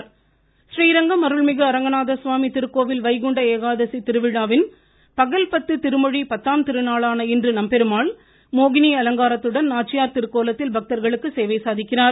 ஸ்ரீரங்கம் றீரங்கம் அருள்மிகு அரங்கநாதர் சுவாமி திருக்கோவில் வைகுண்ட ஏகாதசி திருவிழாவின் பகல்பத்து திருமொழி பத்தாம் திருநாளான இன்று நம்பெருமாள் மோகினி அலங்காரத்துடன் நாச்சியார் திருக்கோலத்தில் பக்தர்களுக்கு சேவை சாதிக்கிறார்